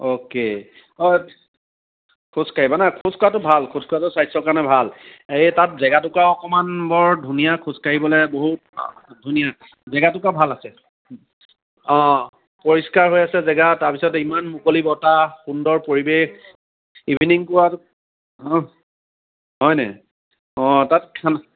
okay অ' খোজ কাঢ়িবা ন খোজ কঢ়াটো ভাল খোজ কঢ়াটো স্বাস্থ্যৰ কাৰণে ভাল এই তাত জেগাটুকুৰা অকণমান বৰ ধুনীয়া খোজ কাঢ়িবলৈ বহুত ধুনীয়া জেগাটুকুৰা ভাল আছে অ' পৰিস্কাৰ হৈ আছে জেগা তাৰপিছত ইমান মুকলি বতাহ সুন্দৰ পৰিবেশ ইভিনিং ৱাক অ' হয়নি অ' তাত খানা